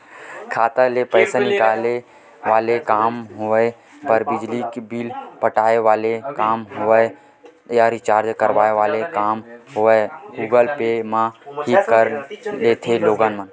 खाता ले पइसा निकाले वाले काम होय या बिजली बिल पटाय वाले काम होवय या रिचार्ज कराय वाले काम होवय गुगल पे म ही कर लेथे लोगन